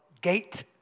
gate